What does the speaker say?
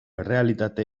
errealitate